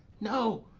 no,